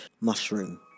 mushroom